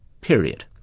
period